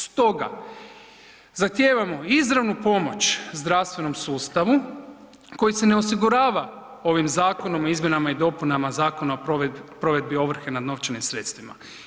Stoga, zahtijevamo izravnu pomoć zdravstvenom sustavu koji se ne osigurava ovim zakonom o izmjenama i dopunama Zakona o provedbi ovrhe nad novčanim sredstvima.